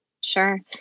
Sure